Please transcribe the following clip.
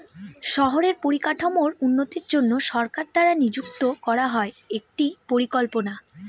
শহরের পরিকাঠামোর উন্নতির জন্য সরকার দ্বারা নিযুক্ত করা হয় একটি পরিকল্পনা